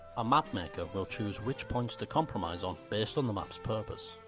a mapmaker will choose which points to compromise on based on the map's purpose.